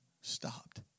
stopped